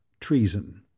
Treason